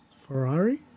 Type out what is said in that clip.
Ferrari